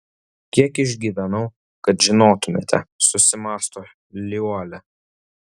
kiek išgyvenau kad žinotumėte susimąsto liuolia